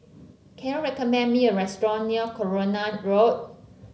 can you recommend me a restaurant near Coronation Road